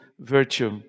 virtue